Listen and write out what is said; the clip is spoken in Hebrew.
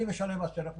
אני משלם מס ערך מוסף.